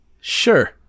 Sure